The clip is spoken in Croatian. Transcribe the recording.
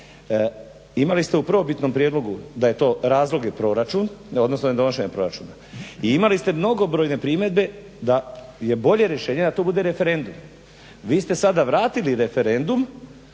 Imali ste u prvobitnom prijedlogu da je to, razlog je proračun odnosno ne donošenje proračuna i imali ste mnogobrojne primjedbe da je bolje rješenje da to bude referendum. Vi ste sada vratili referendum